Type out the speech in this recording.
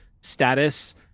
status